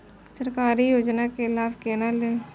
सरकारी योजना के लाभ केना लेब?